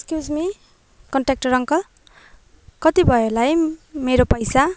excuse me contractor uncle कति भयो होला है मेरो पैसा